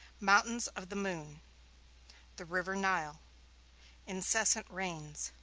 mountains of the moon the river nile incessant rains